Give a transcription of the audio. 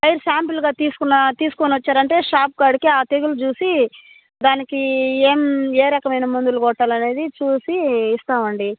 పైరు శాంపుల్గా తీసుకున తీసుకునొచ్చారంటే షాప్కాడికి ఆ తెగులు చూసి దానికి ఏమి ఏ రకమైన మందులు కొట్టాలనేది చూసి ఇస్తామండి